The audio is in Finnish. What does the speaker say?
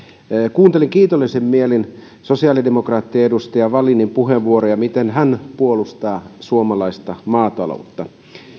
kuuntelin kiitollisin mielin sosiaalidemokraattien edustaja wallinin puheenvuoroja miten hän puolustaa suomalaista maataloutta